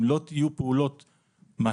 אם לא יהיו פעולות מהר,